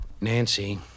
Nancy